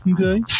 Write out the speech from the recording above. okay